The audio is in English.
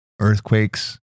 Earthquakes